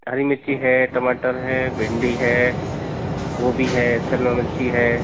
हरी मिर्ची है टमाटर है भिन्डी है गोभी है सिलमा मिर्ची है